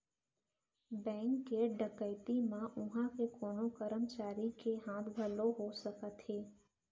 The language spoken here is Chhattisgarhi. बेंक के डकैती म उहां के कोनो करमचारी के हाथ घलौ हो सकथे